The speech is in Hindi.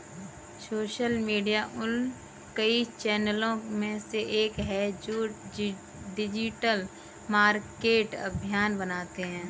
सोशल मीडिया उन कई चैनलों में से एक है जो डिजिटल मार्केटिंग अभियान बनाते हैं